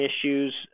issues